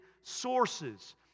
sources